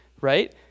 right